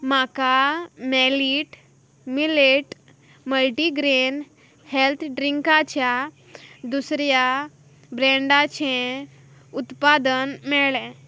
म्हाका malted millet multigrain health ड्रिंकाच्या दुसऱ्या ब्रँडाचें उत्पादन मेळें